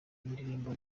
n’indirimbo